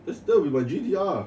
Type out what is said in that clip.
that still with my G_T_R